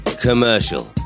commercial